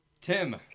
Tim